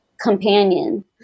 companion